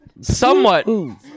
Somewhat